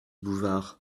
bouvard